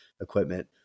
equipment